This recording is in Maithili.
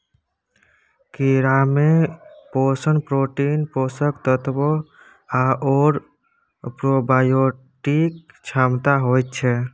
कीड़ामे पोषण प्रोटीन, पोषक तत्व आओर प्रोबायोटिक क्षमता होइत छै